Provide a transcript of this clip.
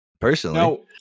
personally